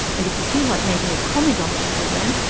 and if you feel like making a comment on the program,